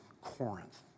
Corinth